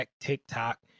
TikTok